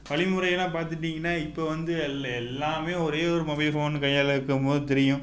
வழிமுறைகள்லாம் பார்த்துக்கிட்டிங்கன்னா இப்போ வந்து எல்ல எல்லாமே ஒரே ஓரு மொபைல் ஃபோன் கையில் இருக்கும் போது தெரியும்